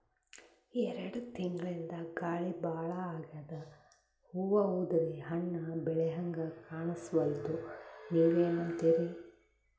ಎರೆಡ್ ತಿಂಗಳಿಂದ ಗಾಳಿ ಭಾಳ ಆಗ್ಯಾದ, ಹೂವ ಉದ್ರಿ ಹಣ್ಣ ಬೆಳಿಹಂಗ ಕಾಣಸ್ವಲ್ತು, ನೀವೆನಂತಿರಿ?